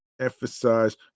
emphasize